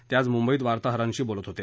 ते आज मुंबईत वार्ताहरांशी बोलत होते